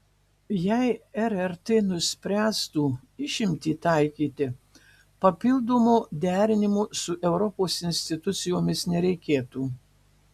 jei rrt nuspręstų išimtį taikyti papildomo derinimo su europos institucijomis nereikėtų